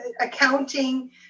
accounting